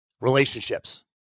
Relationships